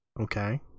Okay